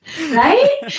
right